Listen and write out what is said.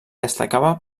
destacava